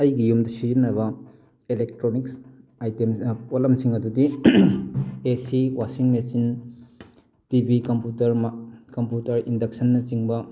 ꯑꯩꯒꯤ ꯌꯨꯝꯗ ꯁꯤꯖꯤꯟꯅꯕ ꯏꯂꯦꯛꯇ꯭ꯔꯣꯅꯤꯛꯁ ꯑꯥꯏꯇꯦꯝ ꯄꯣꯠꯂꯝꯁꯤꯡ ꯑꯗꯨꯗꯤ AC washing machine TV computer computer ꯏꯟꯗꯛꯁꯟꯅꯆꯤꯡꯕ